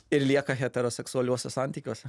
ir lieka heteroseksualiuose santykiuose